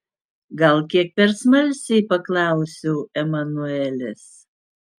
gal kiek per smalsiai paklausiau emanuelės